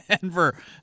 Denver